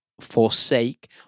forsake